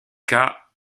cas